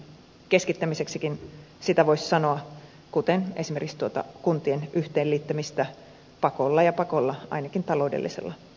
keskittämiseksikin sitä voisi sanoa kuten esimerkiksi tuota kuntien yhteenliittämistä pakolla ja pakolla ainakin taloudellisella pakolla